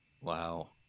Wow